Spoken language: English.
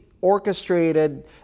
orchestrated